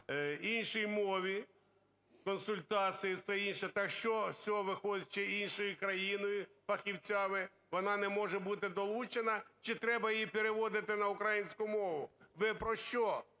іншій мові, консультації і все інше, так що з цього виходить, чи іншої країни фахівцями, вона не може бути долучена, чи треба її переводити на українську мову? Ви про що